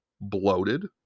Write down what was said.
bloated